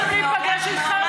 הם רוצים להיפגש איתכם,